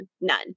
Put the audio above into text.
none